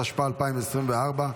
התשפ"ה 2024,